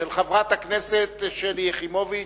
של חברת הכנסת שלי יחימוביץ.